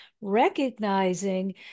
recognizing